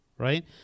right